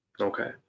okay